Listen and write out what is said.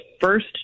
first